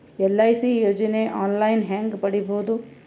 LIC ಯೋಜನೆ online ಹೇಂಗ ಪಡಿಬಹುದು?